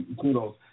Kudos